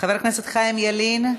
חבר הכנסת חיים ילין,